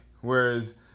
Whereas